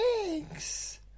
eggs